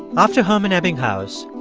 after hermann ebbinghaus,